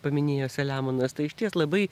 paminėjo saliamonas tai išties labai